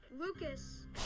Lucas